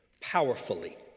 powerfully